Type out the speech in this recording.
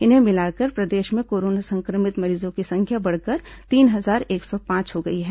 इन्हें मिलाकर प्रदेश में कोरोना संक्रमित मरीजों की संख्या बढ़कर तीन हजार एक सौ पांच हो गई है